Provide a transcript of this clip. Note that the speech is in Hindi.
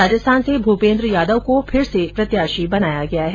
राजस्थान से भूपेन्द्र यादव को फिर से प्रत्याशी बनाया गया है